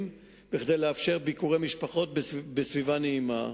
כדי לאפשר ביקורי משפחות בסביבה נעימה.